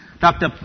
Dr